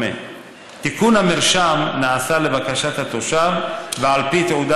תיקון המרשם נעשה לבקשת התושב על פי תעודה